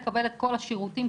לקבל את כל השירותים,